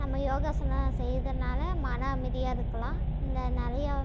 நம்ம யோகாசனம் செய்கிறதுனால மன அமைதியாகருக்கலாம் இந்த நிறையா